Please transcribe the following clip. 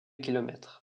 kilomètres